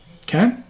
Okay